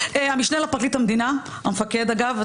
המשנה לפרקליט המדינה המפקד אגב,